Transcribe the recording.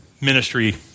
ministry